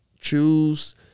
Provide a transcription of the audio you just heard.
choose